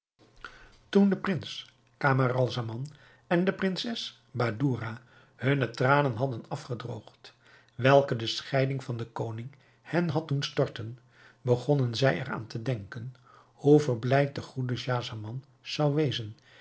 toen de prins camaralzaman en de prinses badoura hunne tranen hadden afgedroogd welke de scheiding van den koning hen had doen storten begonnen zij er aan te denken hoe verblijd de goede schahzaman zou wezen